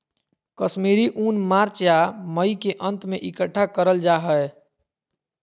कश्मीरी ऊन मार्च या मई के अंत में इकट्ठा करल जा हय